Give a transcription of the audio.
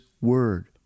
word